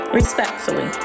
respectfully